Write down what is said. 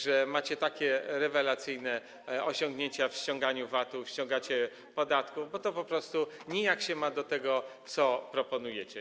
że macie takie rewelacyjne osiągnięcia w ściąganiu VAT-u, w ściąganiu podatków, bo to po prostu ma się nijak do tego, co proponujecie.